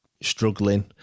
struggling